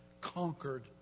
Conquered